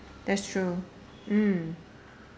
that's true mm